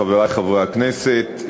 חברי חברי הכנסת,